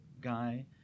guy